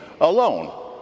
alone